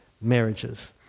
marriages